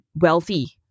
wealthy